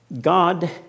God